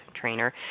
trainer